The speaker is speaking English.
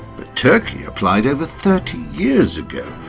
but turkey applied over thirty years ago,